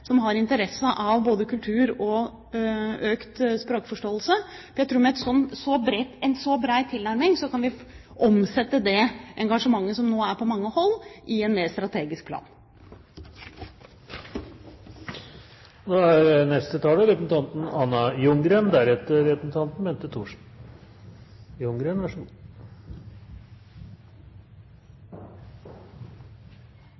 som har interesse av både kultur og økt språkforståelse. Jeg tror at med en så bred tilnærming kan vi omsette det engasjementet som nå er på mange hold, i en mer strategisk plan. Utviklingen i Russland er